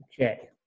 Okay